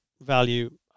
Value